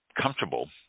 comfortable